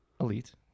elite